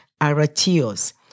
Aratios